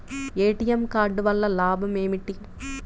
ATM card వల్ల లాభం ఏమిటి?